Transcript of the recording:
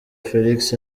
felix